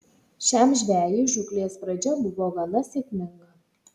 šiam žvejui žūklės pradžia buvo gana sėkminga